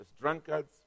drunkards